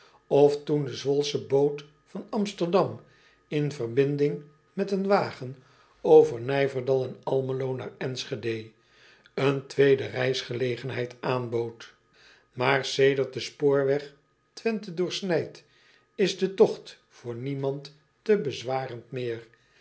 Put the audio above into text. of toen de wolsche boot van msterdam in verbinding met een wagen over ijverdal en lmelo naar nschede een tweede reisgelegenheid aanbood aar sedert de spoorweg wenthe doorsnijdt is de togt voor niemand te bezwarend meer